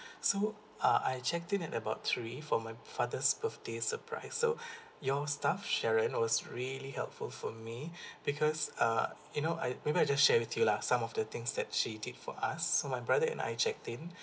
so uh I checked in at about three for my father's birthday surprise so your staff sharon was really helpful for me because uh you know I maybe I just share with you lah some of the things that she did for us so my brother and I checked in